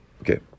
Okay